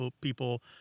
people